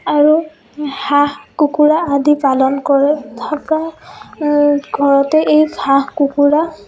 আৰু হাঁহ কুকুৰা আদি পালন কৰে থাকে ঘৰতেই এই হাঁহ কুকুৰা